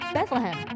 Bethlehem